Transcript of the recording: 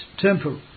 temple